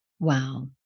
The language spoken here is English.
Wow